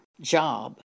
job